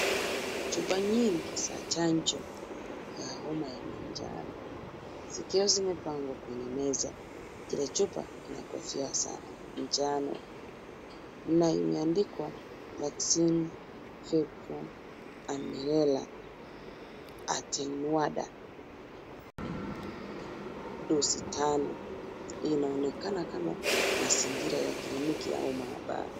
Chupa nyingi za chanjo ya homa ya manjano zikiwa zimepangwa kwenye meza hili chupa ina kofia za njano na imeandikwa Vaccine Vibro Amiela Atenuada Doze 5. Inaonekana kama mazingira ya kliniki au mahabara.